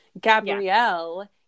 Gabrielle